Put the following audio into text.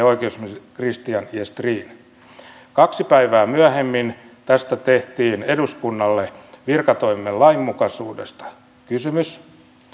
oikeusministeri kristian gestrin kaksi päivää myöhemmin tästä tehtiin eduskunnalle virkatoimien lainmukaisuudesta kysymys